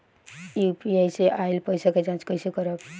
UPI से आइल पईसा के जाँच कइसे करब?